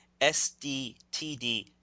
SDTD